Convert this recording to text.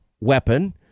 weapon